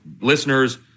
listeners